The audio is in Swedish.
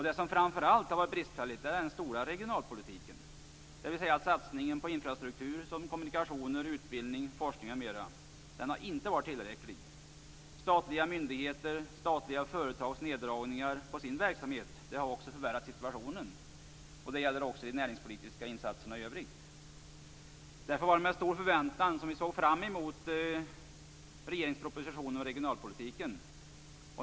Det som framför allt har varit bristfälligt är den stora regionalpolitiken, dvs. satsningen på infrastruktur såsom kommunikationer, utbildning, forskning m.m. Den satsningen har inte varit tillräcklig. Statliga myndigheters och statliga företags neddragningar på sina verksamheter har också förvärrat situationen. Det gäller även de näringspolitiska insatserna i övrigt. Därför var det med stor förväntan som jag såg fram emot regeringens proposition om regionalpolitiken.